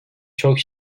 çok